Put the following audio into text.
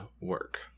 work